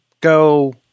go